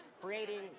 creating